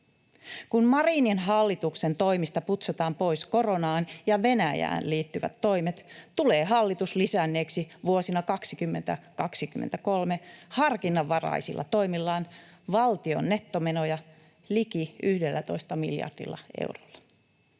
Kun Marinin hallituksen toimista putsataan pois koronaan ja Venäjään liittyvät toimet, tulee hallitus lisänneeksi vuosina 20—23 harkinnanvaraisilla toimillaan valtion nettomenoja liki 11 miljardilla eurolla.